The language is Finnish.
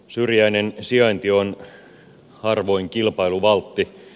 syrjäinen sijainti on harvoin kilpailuvaltti